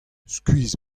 skuizh